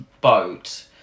boat